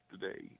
today